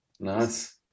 Nice